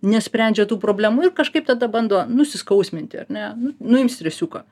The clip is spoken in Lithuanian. nesprendžia tų problemų ir kažkaip tada bando nusiskausminti ar ne nu nuims stresiuką